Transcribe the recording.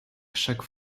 chaque